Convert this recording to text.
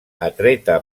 atreta